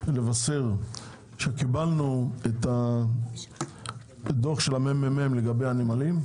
רוצה לבשר שקיבלנו את דו"ח הממ"מ לגבי הנמלים.